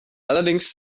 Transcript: allerdings